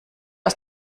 aus